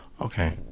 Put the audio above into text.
Okay